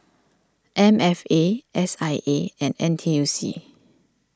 M F A S I A and N T U C